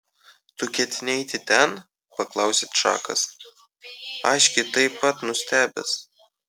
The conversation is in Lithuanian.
tu ketini eiti ten paklausė čakas aiškiai taip pat nustebęs